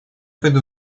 пойду